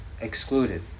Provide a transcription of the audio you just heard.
excluded